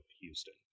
Houston